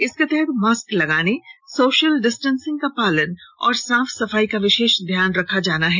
इसके तहत मास्क लगाने सोशल डिस्टेंसिंग का पालन और साफ सफाई का विशेष ध्यान रखा जाना है